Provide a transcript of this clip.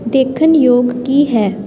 ਦੇਖਣ ਯੋਗ ਕੀ ਹੈ